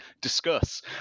discuss